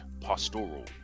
pastoral